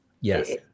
Yes